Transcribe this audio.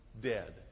dead